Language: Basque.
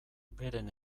beren